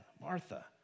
Martha